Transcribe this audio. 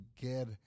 get